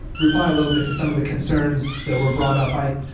reply a little bit to some of the concerns that were brought up by,